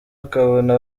akabona